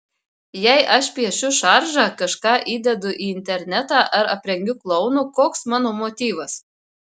jei aš piešiu šaržą kažką įdedu į internetą ar aprengiu klounu koks mano motyvas